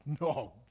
no